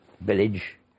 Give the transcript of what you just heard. village